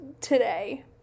today